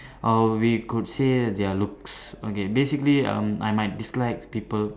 or we could say their looks okay basically um I might dislike people